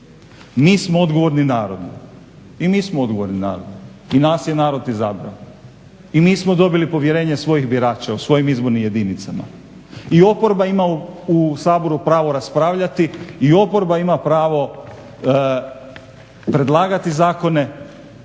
Mi smo odgovorni narodu i mi smo odgovorni narodu i nas je narod izabrao i mi smo dobili povjerenje svojih birača u svojim izbornim jedinicama. I oporba ima u Saboru pravo raspravljati i oporba ima pravo predlagati zakone